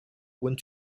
went